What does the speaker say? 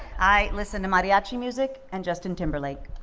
i listen to mariachi music and justin timberlake.